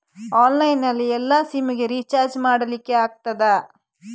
Online ನಲ್ಲಿ ಎಲ್ಲಾ sim ಗೆ ರಿಚಾರ್ಜ್ ಮಾಡಲಿಕ್ಕೆ ಆಗ್ತದಾ?